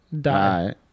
Die